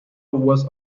was